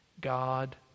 God